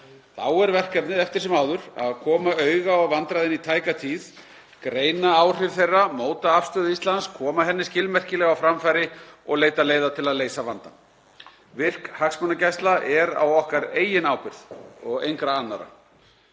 Þá er verkefnið eftir sem áður að koma auga á vandræðin í tæka tíð, greina áhrif þeirra, móta afstöðu Íslands, koma henni skilmerkilega á framfæri og leita leiða til að leysa vandann. Virk hagsmunagæsla er á okkar eigin ábyrgð og engra annarra.